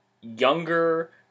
younger